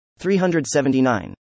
379